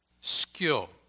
skill